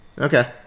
Okay